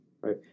right